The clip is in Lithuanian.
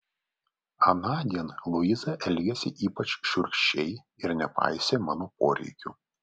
anądien luiza elgėsi ypač šiurkščiai ir nepaisė mano poreikių